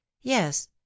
yes